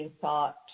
thought